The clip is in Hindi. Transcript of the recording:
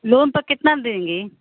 लोन पर कितना में देंगी